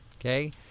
Okay